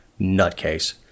nutcase